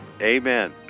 Amen